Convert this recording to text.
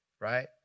right